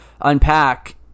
unpack